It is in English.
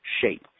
shape